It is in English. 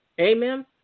Amen